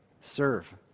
Serve